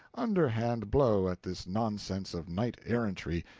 underhand blow at this nonsense of knight errantry,